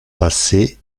passé